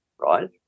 right